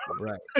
Right